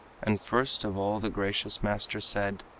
and first of all the gracious master said